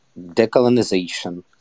decolonization